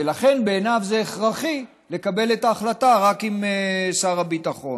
ולכן בעיניו זה הכרחי לקבל את ההחלטה רק עם שר הביטחון,